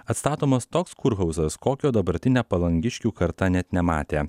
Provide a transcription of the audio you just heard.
atstatomas toks kurhauzas kokio dabartinė palangiškių karta net nematė